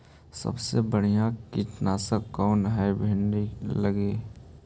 सबसे बढ़िया कित्नासक कौन है भिन्डी लगी?